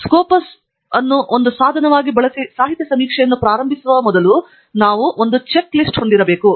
Scopus ಅನ್ನು ಒಂದು ಸಾಧನವಾಗಿ ಬಳಸುವ ಸಾಹಿತ್ಯ ಸಮೀಕ್ಷೆಯನ್ನು ಪ್ರಾರಂಭಿಸುವ ಮೊದಲು ನಾವು ಒಂದು ಚೆಕ್ ಪಟ್ಟಿ ಹೊಂದಿರಬೇಕು